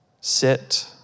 sit